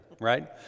right